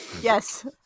Yes